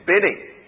bidding